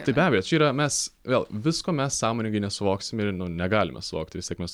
tai be abejo čia yra mes vėl visko mes sąmoningai nesuvoksim ir nu negalime suvokti vis tiek mes